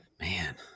man